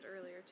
earlier